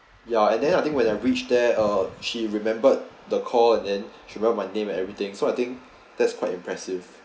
ya and then I think when I reach there uh she remembered the called and she remembered my name and everything so I think that's quite impressive